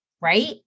Right